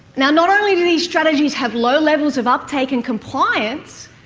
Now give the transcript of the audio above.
now, not only do these strategies have low levels of uptake and compliance,